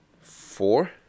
Four